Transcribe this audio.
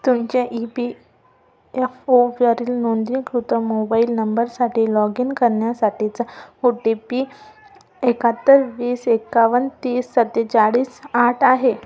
तुमच्या E P F ओवरील नोंदणीकृत मोबाइल नंबरसाठी लॉगिन करण्यासाठीचा ओ टी पी एक्काहत्तर वीस एक्कावन्न तीस सत्तेचाळीस आठ आहे